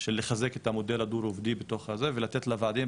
של לחזק את המודל הדו רובדי ולתת את הוועדים,